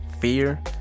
fear